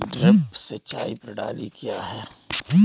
Drip सिंचाई प्रणाली क्या है?